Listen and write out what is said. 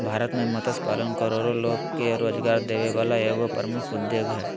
भारत में मत्स्य पालन करोड़ो लोग के रोजगार देबे वला एगो प्रमुख उद्योग हइ